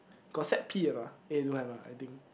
got set P or not eh don't have ah I think